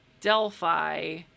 Delphi